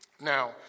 Now